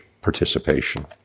participation